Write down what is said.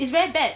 it's very bad